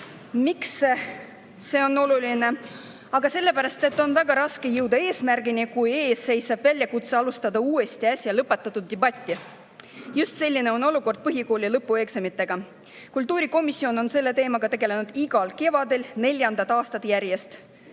see on oluline? Aga sellepärast, et on väga raske jõuda eesmärgini, kui ees seisab väljakutse alustada uuesti äsja lõpetatud debatti. Just selline on olukord põhikooli lõpueksamitega. Kultuurikomisjon on selle teemaga tegelenud igal kevadel neljandat aastat järjest.